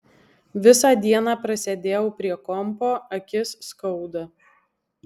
visą dieną prasėdėjau prie kompo akis skauda